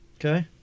Okay